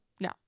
No